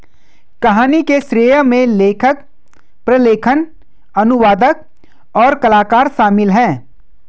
कहानी के श्रेय में लेखक, प्रलेखन, अनुवादक, और कलाकार शामिल हैं